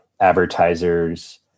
advertisers